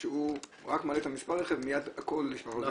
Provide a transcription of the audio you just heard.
כשהוא רק מעלה את מספר הרכב מיד הכול נשפך לו,